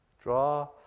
Draw